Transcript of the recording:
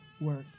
work